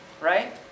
right